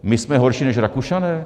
My jsme horší než Rakušané?